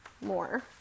more